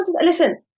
Listen